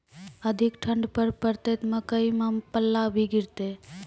अधिक ठंड पर पड़तैत मकई मां पल्ला भी गिरते?